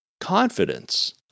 confidence